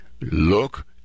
look